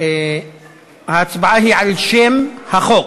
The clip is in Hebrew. היא על שם החוק.